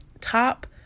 top